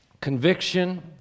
Conviction